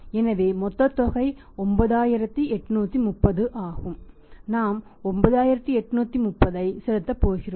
எனவே மொத்ததொகை 9830 ஆகும் நாம் 9830 ஐ செலுத்தப் போகிறோம்